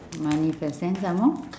money first then some more